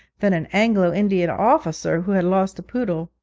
than an anglo-indian officer who had lost a poodle.